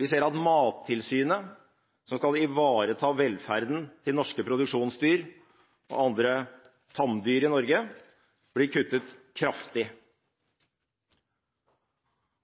Vi ser at Mattilsynet, som skal ivareta velferden til norske produksjonsdyr og andre tamdyr i Norge, blir kuttet kraftig.